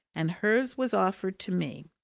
and hers was offered to me.